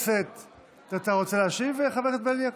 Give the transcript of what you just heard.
אתה רוצה להשיב, חבר הכנסת בליאק?